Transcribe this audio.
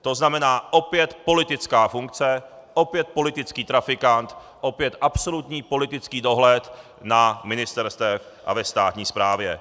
To znamená, opět politická funkce, opět politický trafikant, opět absolutní politický dohled na ministerstvech a ve státní správě.